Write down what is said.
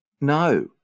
No